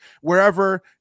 wherever